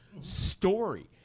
story